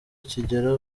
kigera